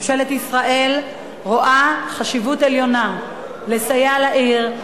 ממשלת ישראל רואה חשיבות עליונה לסייע לעיר,